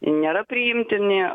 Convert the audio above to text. nėra priimtini